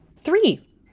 Three